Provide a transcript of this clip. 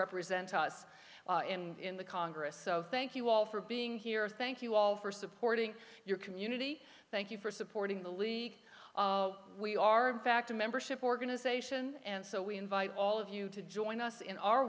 represent us in the congress so thank you all for being here thank you all for supporting your community thank you for supporting the league we are in fact a membership organization and so we invite all of you to join us in our